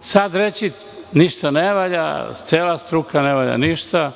sada reći – ništa ne valja, cela struka ne valja ništa.